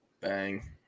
bang